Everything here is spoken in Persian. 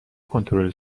کنترل